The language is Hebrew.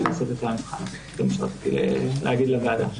זה מה שרציתי להגיד לוועדה.